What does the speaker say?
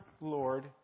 Lord